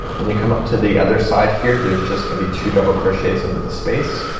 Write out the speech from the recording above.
when you come up to the other side here there's just gonna be two double crochets into the space.